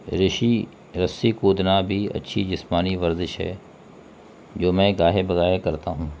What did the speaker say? رشی رسی کودنا بھی اچھی جسمانی ورزش ہے جو میں گاہے بہ گاہے کرتا ہوں